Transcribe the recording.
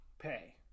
pay